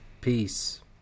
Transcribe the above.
Peace